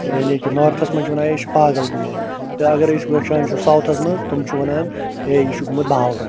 یعنی کہِ نارتھَس منٛز چھِ وَنان ہے یہِ چھُ پاگل گوٚمُت تہٕ اگر أسی وٕچھان چھِ ساوتھَس منٛز تِم چھِ وَنان ہے یہِ چھُ گوٚمُت باورٕ